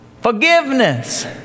Forgiveness